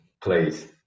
please